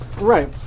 Right